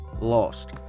lost